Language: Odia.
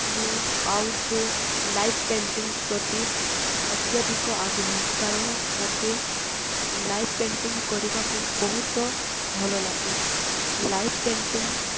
ମୁଁ ଆଉଟଡୋର୍ ଲାଇଭ ପେଣ୍ଟିଂ ପ୍ରତି ଅତ୍ୟଧିକ ଆଗ୍ରହୀ କାରଣ ମୋତେ ଲାଇଭ୍ ପେଣ୍ଟିଂ କରିବାକୁ ବହୁତ ଭଲ ଲାଗେ ଲାଇଭ୍ ପେଣ୍ଟିଂ